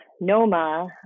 Noma